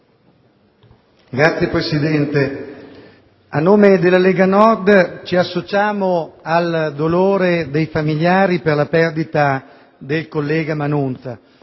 Signor Presidente, il Gruppo della Lega Nord si associa al dolore dei familiari per la perdita del collega Manunza.